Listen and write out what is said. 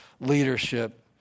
leadership